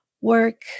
work